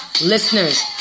listeners